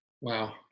Wow